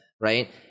right